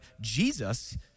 Jesus